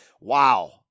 Wow